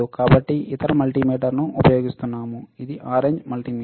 కాబట్టి ఇతర మల్టిమీటర్ను ఉపయోగిస్తున్నాను ఇది ఆరెంజ్ మల్టిమీటర్